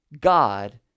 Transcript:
god